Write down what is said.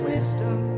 wisdom